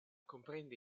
comprende